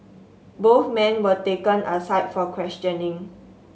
both men were taken aside for questioning